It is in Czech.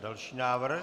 Další návrh.